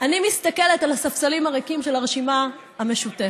אני מסתכלת על הספסלים הריקים של הרשימה המשותפת,